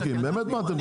באמת מה אתם בודקים?